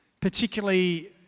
particularly